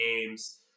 games